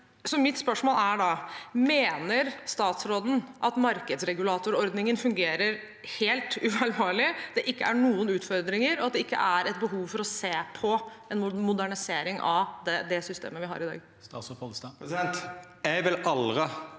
Mitt spørsmål er da: Mener statsråden at markedsregulatorordningen fungerer helt ufeilbarlig, at det ikke er noen utfordringer, og at det ikke er behov for å se på en modernisering av det systemet vi har i dag?